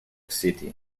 city